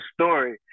story